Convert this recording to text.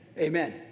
amen